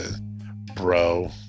bro